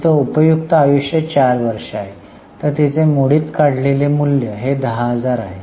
तिचे उपयुक्त आयुष्य 4वर्षे आहे तर तिचे मोडीत काढलेले मूल्य 10000 आहे